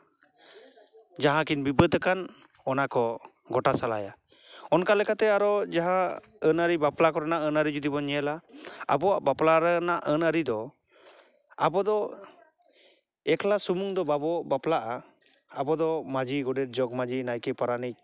ᱡᱟᱦᱟᱠᱤᱱ ᱵᱤᱵᱟᱹᱫᱟᱠᱟᱱ ᱚᱱᱟᱠᱚ ᱜᱚᱴᱟ ᱥᱟᱞᱟᱭᱟ ᱚᱱᱠᱟᱞᱮᱠᱟᱛᱮ ᱟᱨᱚ ᱡᱟᱦᱟᱸ ᱟᱹᱱᱼᱟᱹᱨᱤ ᱵᱟᱯᱞᱟ ᱠᱚᱨᱮᱱᱟᱜ ᱟᱹᱱᱼᱟᱹᱨᱤ ᱡᱩᱫᱤ ᱵᱚᱱ ᱧᱮᱞᱟ ᱟᱵᱚᱣᱟᱜ ᱵᱟᱯᱞᱟ ᱨᱮᱱᱟᱜ ᱟᱹᱱᱼᱟᱹᱨᱤ ᱫᱚ ᱟᱵᱚ ᱫᱚ ᱮᱠᱞᱟ ᱥᱩᱢᱩᱝ ᱫᱚ ᱵᱟᱵᱚ ᱵᱟᱯᱞᱟᱜᱼᱟ ᱟᱵᱚᱫᱚ ᱢᱟᱺᱡᱷᱤ ᱜᱚᱰᱮᱛ ᱡᱚᱜᱽᱢᱟᱡᱷᱤ ᱱᱟᱭᱠᱮ ᱯᱟᱨᱟᱱᱤᱠ